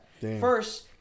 First